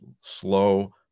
slow